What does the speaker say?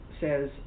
says